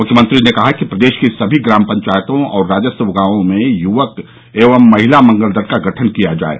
मुख्यमंत्री ने कहा कि प्रदेश की सभी ग्राम पंचायतों और राजस्व गांवों में युवक एवं महिला मंगल दल का गठन किया जाये